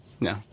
No